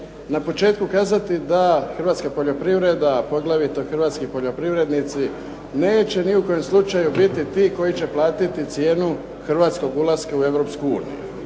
na početku kazati da hrvatska poljoprivreda a poglavito hrvatski poljoprivrednici neće ni u kojem slučaju biti ti koji će platiti cijenu hrvatskog ulaska u Europsku uniju.